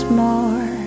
more